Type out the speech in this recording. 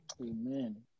Amen